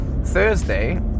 thursday